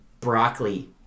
Broccoli